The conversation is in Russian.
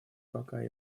пока